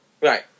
Right